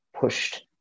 pushed